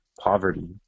poverty